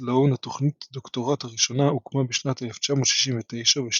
סלואן תוכנית הדוקטורט הראשונה הוקמה בשנת 1969 ובשנת